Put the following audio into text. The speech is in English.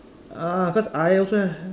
ah cause I also have